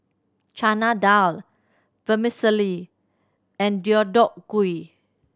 Chana Dal Vermicelli and Deodeok Gui